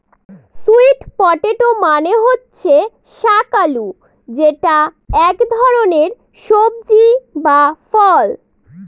sweet potato মানে হচ্ছে শাক আলু যেটা এক ধরনের সবজি বা ফল